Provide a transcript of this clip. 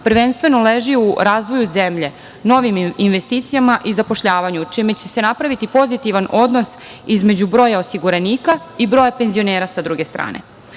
prvenstveno leži u razvoju zemlje, novim investicijama i zapošljavanju čime će se napraviti pozitivan odnos između broja osiguranika i broja penzionera sa druge strane